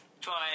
try